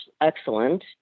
excellent